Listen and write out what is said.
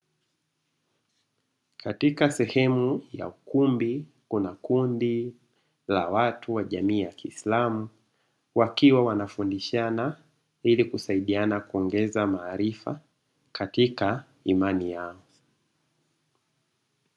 Katika sehemu ya ukumbi kuna kundi la watu wa jamii ya kiislamu, wakiwa wanafundishana ili kusaidiana kuongeza maarifa katika imani yao.